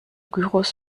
gyros